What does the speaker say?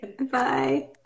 Bye